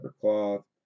cloth